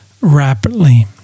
rapidly